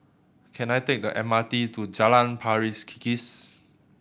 can I take the M R T to Jalan Pari Kikis